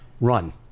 run